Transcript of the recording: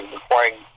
requiring